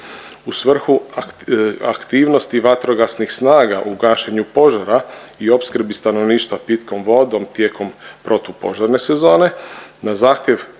U svrhu aktivnosti vatrogasnih snaga u gašenju požara i opskrbi stanovništva pitkom vodom tijekom protupožarne sezone, na zahtjev